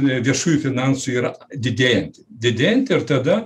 viešųjų finansų yra didėjanti didėjant ir tada